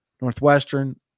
Northwestern